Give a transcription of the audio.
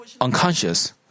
unconscious